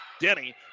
Denny